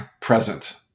present